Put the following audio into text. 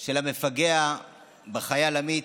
של המפגע בחייל עמית.